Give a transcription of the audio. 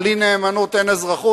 בלי נאמנות אין אזרחות,